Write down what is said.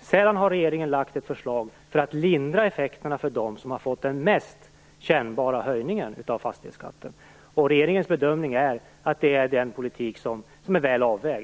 Sedan har regeringen lagt fram ett förslag för att lindra effekterna för dem som fått den mest kännbara höjningen av fastighetsskatten. Regeringens bedömning är att det är en politik som är väl avvägd.